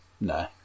No